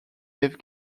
dave